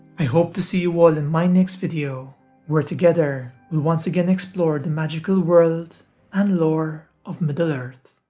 i hope to see you all in my next video where together we'll once again explore the magical world and lore of middle-earth!